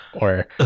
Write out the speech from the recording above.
or-